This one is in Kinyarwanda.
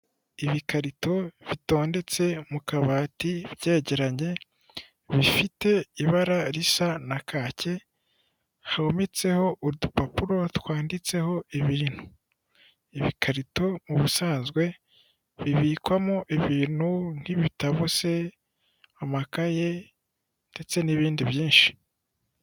Ibikarito bitondetse mu kabati byegeranye bifite ibara risa na kake hometseho udupapuro twanditseho ibintu. Ibikarito ubusanzwe bibikwamo ibintu nk'ibitabo se, amakaye ndetse n'ibindi byinshi.